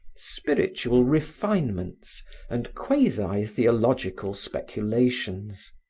spiritual refinements and quasi-theological speculations.